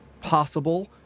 possible